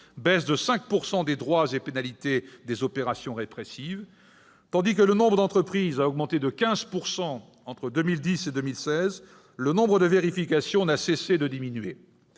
baisse de 5 % des droits et pénalités des opérations répressives. Tandis que le nombre d'entreprises a augmenté de 15 % entre 2010 et 2016, le nombre de vérifications n'a cessé de diminuer.